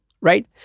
right